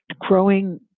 growing